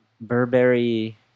Burberry